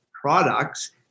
products